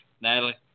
Natalie